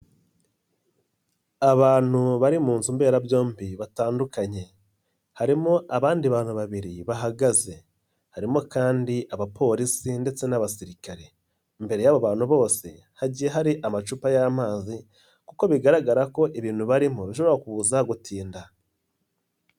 Abantu bari mu nzu mberabyombi batandukanye, harimo abandi bantu babiri bahagaze harimo kandi abapolisi ndetse n'abasirikare. Imbere y'abo bantu bose hagiye hari amacupa y'amazi, kuko bigaragara ko ibintu barimo bishobora kuza gutinda.